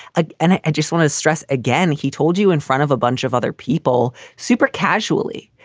ah and ed, just want to stress again. he told you in front of a bunch of other people super casually.